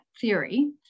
theory